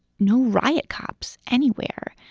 no riot cops anywhere.